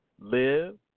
Live